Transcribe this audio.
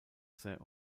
saint